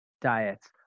diets